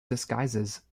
disguises